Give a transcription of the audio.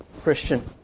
Christian